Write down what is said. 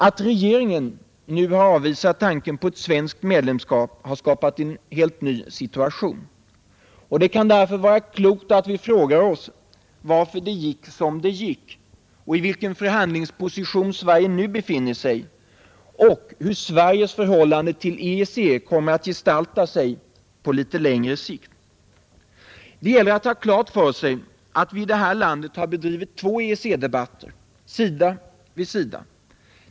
Att regeringen nu har avvisat tanken på ett svenskt medlemskap har skapat en helt ny situation. Det kan därför vara klokt att vi frågar oss varför det gick som det gick, i vilken förhandlingsposition Sverige nu befinner sig och hur Sveriges förhållande till EEC kommer att gestalta sig på litet längre sikt. Det gäller att ha klart för sig att vi i det här landet har fört två EEC-debatter, sida vid sida.